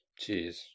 Jeez